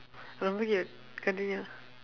ரொம்ப:rompa cute continue